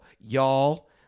y'all